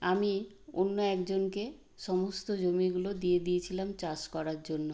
আমি অন্য একজনকে সমস্ত জমিগুলো দিয়ে দিয়েছিলাম চাষ করার জন্য